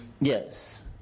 yes